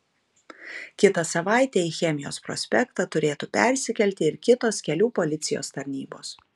kitą savaitę į chemijos prospektą turėtų persikelti ir kitos kelių policijos tarnybos